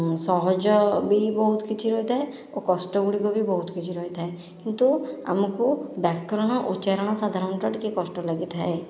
ସହଜ ବି ବହୁତ କିଛି ରହିଥାଏ ଓ କଷ୍ଟଗୁଡ଼ିକ ବି ବହୁତ କିଛି ରହିଥାଏ କିନ୍ତୁ ଆମକୁ ବ୍ୟାକରଣ ଉଚ୍ଚାରଣ ସାଧାରଣତଃ ଟିକିଏ କଷ୍ଟ ଲାଗିଥାଏ